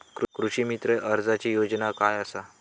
कृषीमित्र कर्जाची योजना काय असा?